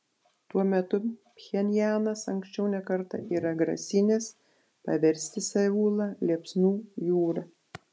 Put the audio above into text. tuo metu pchenjanas anksčiau ne kartą yra grasinęs paversti seulą liepsnų jūra